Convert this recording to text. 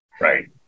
Right